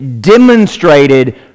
demonstrated